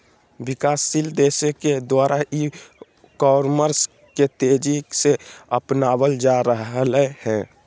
विकासशील देशों के द्वारा ई कॉमर्स के तेज़ी से अपनावल जा रहले हें